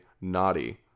naughty